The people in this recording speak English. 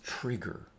trigger